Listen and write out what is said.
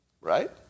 Right